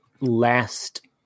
last